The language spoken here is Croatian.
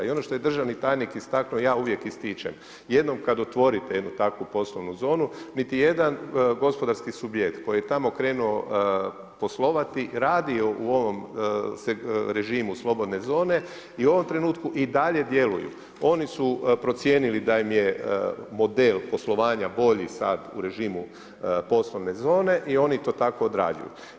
I ono što je državni tajnik istaknuo, ja uvijek ističem, jednom kad otvorite jednu takvu poslovnu zonu, niti jedan gospodarski subjekt koji je tamo krenuo poslovati, radio u ovom režimu slobodne zone i u ovom trenutku i dalje djeluju, oni su procijenili da im je model poslovanja bolji sad u režimu poslovne zone i oni to tako odrađuju.